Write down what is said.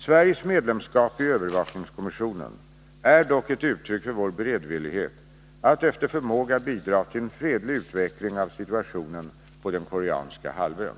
Sveriges medlemskap i övervakningskommissionen är dock ett uttryck för vår beredvillighet att efter förmåga bidra till en fredlig utveckling av situationen på den koreanska halvön.